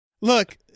look